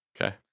Okay